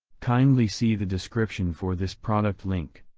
kindly see the description for this product link.